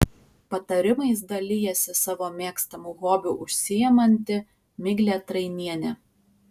patarimais dalijasi savo mėgstamu hobiu užsiimanti miglė trainienė